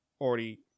already